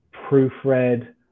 proofread